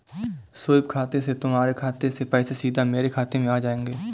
SVEEP खाते से तुम्हारे खाते से पैसे सीधा मेरे खाते में आ जाएंगे